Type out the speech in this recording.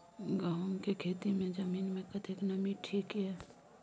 गहूम के खेती मे जमीन मे कतेक नमी ठीक ये?